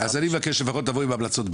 אז אני מבקש לפחות תבוא עם המלצות ביניים.